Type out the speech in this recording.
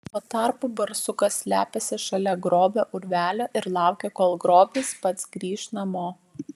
tuo tarpu barsukas slepiasi šalia grobio urvelio ir laukia kol grobis pats grįš namo